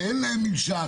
שאין להם ממשק.